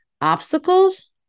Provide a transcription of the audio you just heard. obstacles